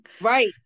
right